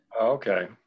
Okay